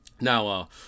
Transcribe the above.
Now